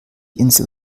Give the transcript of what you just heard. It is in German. insel